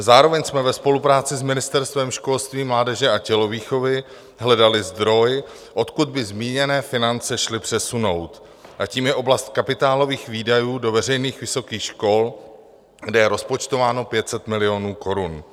Zároveň jsme ve spolupráci s Ministerstvem školství, mládeže a tělovýchovy hledali zdroj, odkud by zmíněné finance šly přesunout, a tím je oblast kapitálových výdajů do veřejných vysokých škol, kde je rozpočtováno 500 milionů korun.